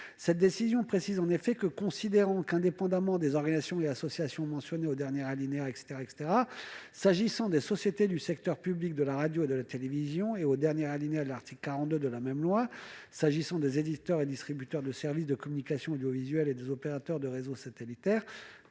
Cette décision précise que, « indépendamment des organisations et associations mentionnées au dernier alinéa de l'article 48-1 de la loi du 30 septembre 1986, s'agissant des sociétés du secteur public de la radio et de la télévision, et au dernier alinéa de l'article 42 de la même loi, s'agissant des éditeurs et distributeurs de services de communication audiovisuelle et des opérateurs de réseaux satellitaires,